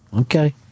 Okay